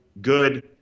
good